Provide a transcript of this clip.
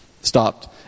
stopped